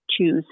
choose